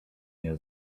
nie